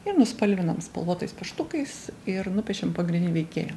ir nuspalvinam spalvotais pieštukais ir nupiešiam pagrindinį veikėją